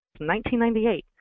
1998